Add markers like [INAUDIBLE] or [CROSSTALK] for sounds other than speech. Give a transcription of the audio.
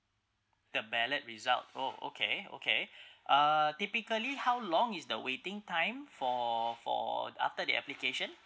the ballot result oh okay okay [BREATH] uh typically how long is the waiting time for for after the application